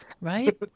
right